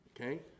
Okay